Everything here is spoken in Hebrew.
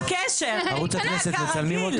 ערוץ הכנסת מצלמים אותה?